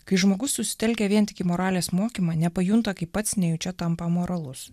kai žmogus susitelkia vien tik į moralės mokymą nepajunta kaip pats nejučia tampa amoralus